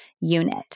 unit